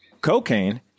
cocaine